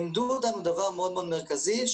למדנו דבר מאוד מרכזי,